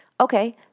okay